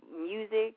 music